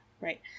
right